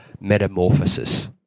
metamorphosis